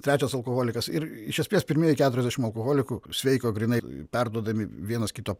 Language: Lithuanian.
trečias alkoholikas ir iš esmės pirmieji keturiasdešimt alkoholikų sveiko grynai perduodami vienas kito